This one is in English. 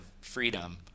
freedom